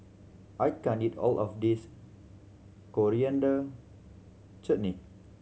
I can't eat all of this Coriander Chutney